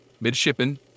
midshipman